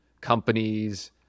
companies